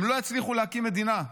הם לא יצליחו להקים מדינה.